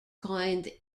coined